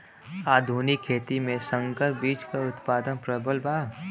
आधुनिक खेती में संकर बीज क उतपादन प्रबल बा